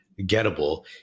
gettable